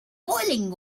boiling